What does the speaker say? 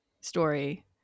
story